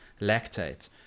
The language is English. lactate